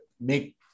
make